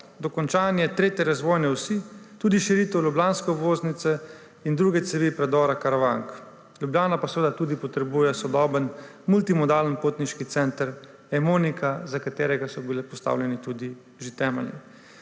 dokončanje 3. razvojne osi, tudi širitev ljubljanske obvoznice in druge cevi predora Karavank. Ljubljana pa seveda potrebuje tudi sodoben multimodalen potniški center Emonika, za katerega so že bili postavljeni temelji.